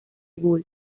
gould